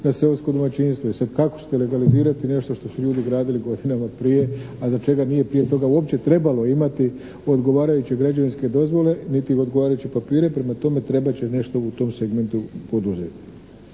na seosko domaćinstvo. E sad kako ćete legalizirati nešto što su ljudi gradili godinama prije, a za čega nije prije toga uopće trebalo imati odgovarajuće građevinske dozvole, niti odgovarajuće papire, prema tome trebat će nešto u tom segmentu poduzeti.